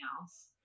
else